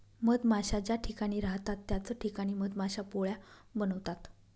मधमाश्या ज्या ठिकाणी राहतात त्याच ठिकाणी मधमाश्या पोळ्या बनवतात